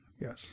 Yes